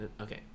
Okay